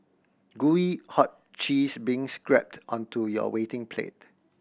gooey hot cheese being scrapped onto your waiting plate